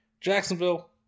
Jacksonville